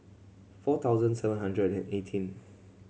four thousand seven hundred and eighteen